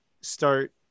start